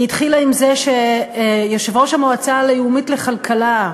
היא התחילה עם זה שיושב-ראש המועצה הלאומית לכלכלה,